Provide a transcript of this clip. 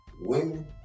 Women